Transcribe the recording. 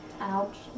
Ouch